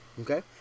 okay